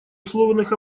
условных